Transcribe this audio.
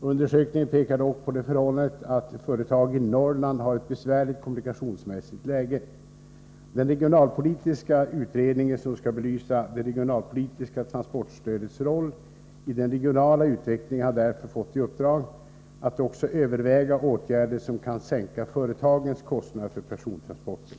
Undersökningen pekar dock på det förhållandet att företag i Norrland har ett besvärligt kommunikationsmässigt läge. Den regionalpolitiska utredningen, som skall belysa det regionalpolitiska transportstödets roll i den regionala utvecklingen, har därför fått i uppdrag att också överväga åtgärder som kan sänka företagens kostnader för persontransporter.